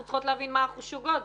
אנחנו צריכות להבין במה אנחנו שוגות.